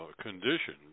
condition